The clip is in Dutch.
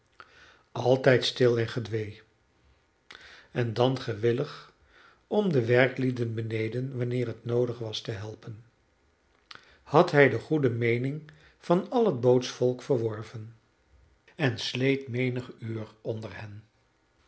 altijd stil en gedwee en dan gewillig om de werklieden beneden wanneer het noodig was te helpen had hij de goede meening van al het bootsvolk verworven en sleet menig uur onder hen